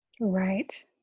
Right